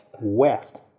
West